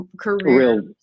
career